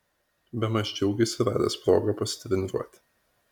bemaž džiaugėsi radęs progą pasitreniruoti